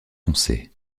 foncées